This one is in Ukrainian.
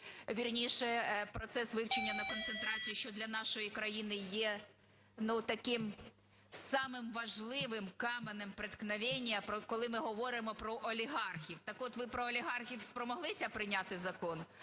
вірніше, процес вивчення на концентрацію, що для нашої країни є таким самим важливим каменем спотикання, коли ми говоримо про олігархів. Так от, ви про олігархів спромоглися прийняти закон,